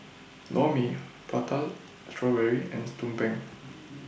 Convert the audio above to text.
Lor Mee Prata Strawberry and Tumpeng